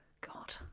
God